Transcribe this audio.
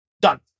done